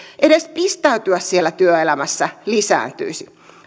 edes pistäytyä siellä työelämässä lisääntyisi